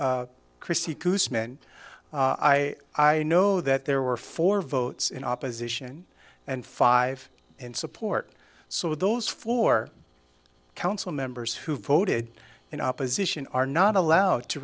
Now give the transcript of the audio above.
kristie koosman i i know that there were four votes in opposition and five in support so those four council members who voted in opposition are not allowed to